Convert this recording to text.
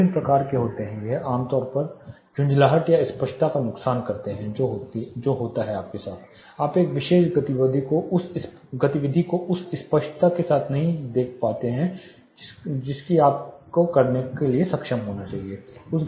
विभिन्न प्रकार के होते हैं यह आमतौर पर झुंझलाहट या स्पष्टता का नुकसान होता है जो होता है आप एक विशेष गतिविधि को उसी स्पष्टता या आराम से नहीं देख या पढ़ सकते हैं जिससे आपको करने में सक्षम होना चाहिए